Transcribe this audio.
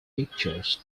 pictures